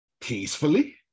peacefully